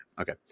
Okay